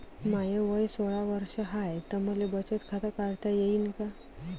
माय वय सोळा वर्ष हाय त मले बचत खात काढता येईन का?